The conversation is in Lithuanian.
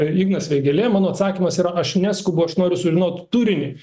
ignas vėgėlė mano atsakymas yra aš neskubu aš noriu sužinot turinį